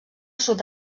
sud